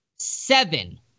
Seven